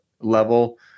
level